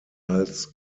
als